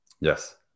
Yes